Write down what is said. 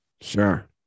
Sure